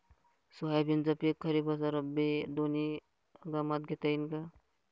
सोयाबीनचं पिक खरीप अस रब्बी दोनी हंगामात घेता येईन का?